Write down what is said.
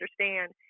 understand